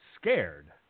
scared